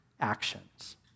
actions